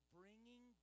bringing